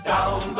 Down